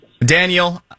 Daniel